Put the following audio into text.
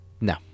No